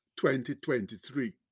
2023